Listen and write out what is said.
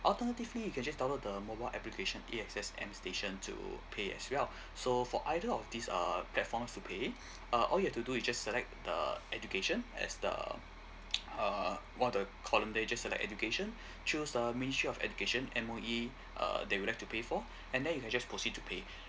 alternatively you can just download the mobile application A_X_S m station to pay as well so for either of this uh platforms to pay uh all you have to do is just select the education as the uh what are the column there just select education choose the ministry of education M_O_E uh that you'd like to pay for and then you can just proceed to pay